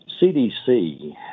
CDC